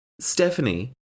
Stephanie